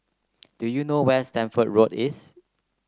do you know where is Stamford Road is